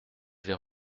vais